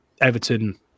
Everton